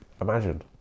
imagine